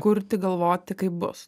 kurti galvoti kaip bus